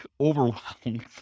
overwhelmed